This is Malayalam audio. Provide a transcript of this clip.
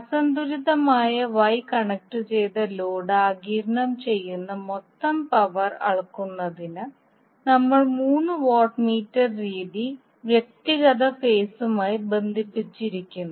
അസന്തുലിതമായ Y കണക്റ്റുചെയ്ത ലോഡ് ആഗിരണം ചെയ്യുന്ന മൊത്തം പവർ അളക്കുന്നതിന് നമ്മൾ മൂന്ന് വാട്ട് മീറ്റർ രീതി വ്യക്തിഗത ഫേസുമായി ബന്ധിപ്പിച്ചിരിക്കുന്നു